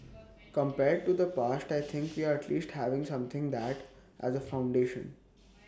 compared to the past I think we're at least having something that has A foundation